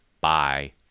Bye